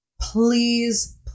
please